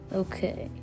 okay